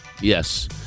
Yes